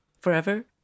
forever